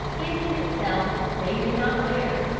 emptied itself they knew not where.